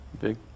big